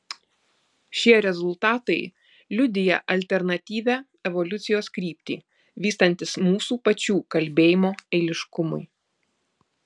šie rezultatai liudija alternatyvią evoliucijos kryptį vystantis mūsų pačių kalbėjimo eiliškumui